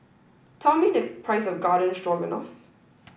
tell me the price of Garden Stroganoff